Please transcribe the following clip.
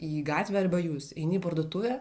į gatvę arba jūs eini į parduotuvę